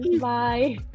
Bye